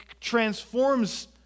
transforms